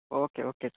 okay okay sir